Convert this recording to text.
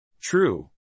True